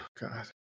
God